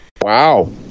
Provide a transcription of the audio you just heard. wow